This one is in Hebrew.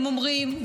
הם אומרים,